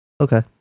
Okay